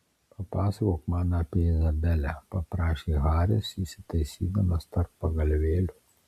papasakok man apie izabelę paprašė haris įsitaisydamas tarp pagalvėlių